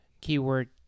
Keyword